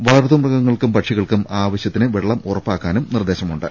വളർത്തു മൃഗങ്ങൾക്കും പക്ഷികൾക്കും ആവശൃത്തിന് വെള്ളം ഉറപ്പാക്കണമെന്നും നിർദേശമുണ്ട്